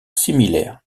similaire